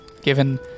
given